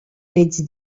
fets